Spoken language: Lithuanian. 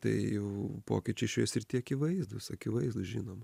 tai jau pokyčiai šioje srity akivaizdūs akivaizdūs žinoma